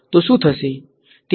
તો શુ થસે